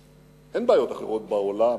אין בעיות אחרות בעולם,